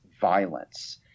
violence